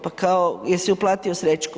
Pa kao jesi uplatio srećku?